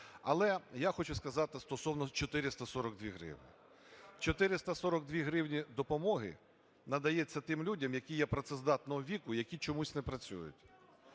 Але я хочу сказати стосовно 442 гривні. 442 гривні допомоги надається тим людям, які є працездатного віку, які чомусь не працюють.